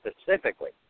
specifically